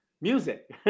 music